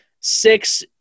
six